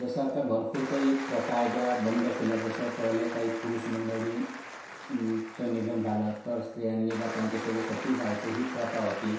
जसं आता भरपूर काही प्रथा आहे ज्या बंद केल्या जसं पहिले काही पुरुषमंडळी चं निधन झालं तर स्त्रियांनी बा त्यांच्यासोबत सती जायचं ही प्रथा होती